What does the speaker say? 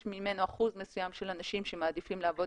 יש ממנו אחוז מסוים של אנשים שמעדיפים לעבוד